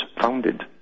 founded